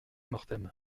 mortem